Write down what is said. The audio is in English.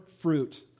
fruit